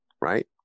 right